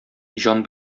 җан